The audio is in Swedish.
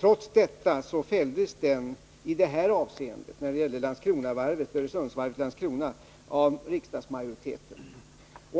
Trots detta avslog riksdagsmajoriteten propositionen i detta avseende, dvs. i fråga om Landskronavarvet och Öresundsvarvet i Landskrona.